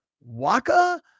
Waka